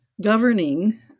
governing